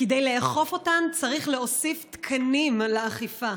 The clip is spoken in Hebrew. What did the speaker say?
כדי לאכוף אותן צריך להוסיף תקנים לאכיפה,